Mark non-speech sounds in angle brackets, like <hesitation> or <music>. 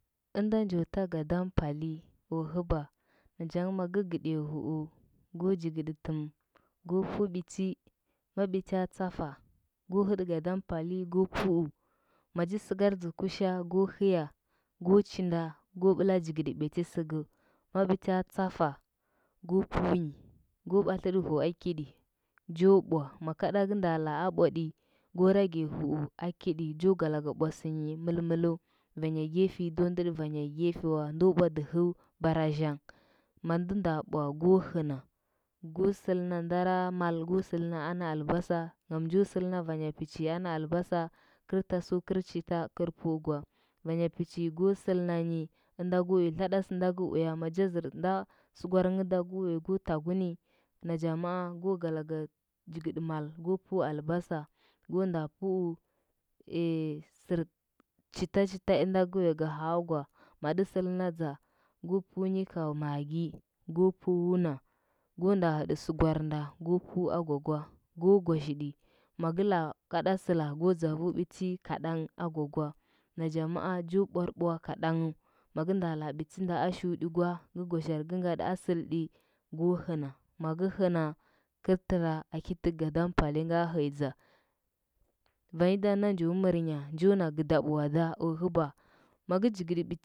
ɚndo njo ta gadampali o hɚba nachang makɚ gɚɗiya huu go jigɚda tɚm go pu pala bit, ma bitya tsafa go hɚɗɚ gadampali ko <noise> maji sɚgardzɚ kusha go hɚya, go chinda go bɚla jigɚɗɚ biti sɚgɚu ma bitya tsafa go <noise> nyi ko batlɚɗɚ huua ɗɚ kiɗi, jo bwa ma kaɗaka nda laa a bwaɗi go rage huu a kiɗi jo glaka bwa sɚnyi mɚlmɚlu, vanya gefe do ndɚɗɚ vanya gefe wa ndo bwa dɚhɚu barazhang mandɚ nda bwa go hɚnda go sɚlna ndara mal, go sɚlna ana albasa, ngam njo sɚlna vanya pɚchi ana albasa, kɚl tasɚu kɚl chita gɚr pɚu gwa vɚnya pɚchi go sɚlnanyi ɚnda goi kala sɚnda gɚ uya, maja zɚr nda sɚgwarng da gɚ uya go tagu ni nacha maa go galaka jigɚtɚ mal go pu albasa go nda pu <hesitation> chitachita mda gɚ uya ga haagwa magɚ sɚlna ja kɚl pu kei magi, go pu wna, go nda hɚdɚ go wu agwa kwa. Go gwazhiɗi maga laa kaɗa sɚla go dzavu biti kaɗan agwa kwa najang ma ji bwarbwa kadangh magɚ nda la bitinda a shiuɗɚ kwa, gɚ gwazhar gɚ ngaɗe a sɚlti go hɚna maga hɚna kɚl tɚra i tɚkɚ gadam palinga hɚyadza vanyi da nda njo mɚrnyi njo na gɚdab uada o hɚba magɚ jigɚɗi.